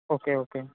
okay okay